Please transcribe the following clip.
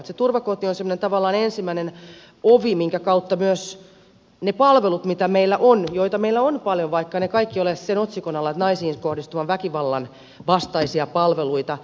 se turvakoti on semmoinen tavallaan ensimmäinen ovi keino minkä kautta voimme tuoda myös nämä palvelut joita meillä on paljon vaikkeivät ne kaikki ole sen otsikon alla että naisiin kohdistuvan väkivallan vastaisia palveluita